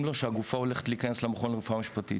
לו שהגופה הולכת להיכנס למכון לרפואה משפטית.